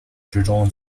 之中